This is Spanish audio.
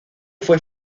fue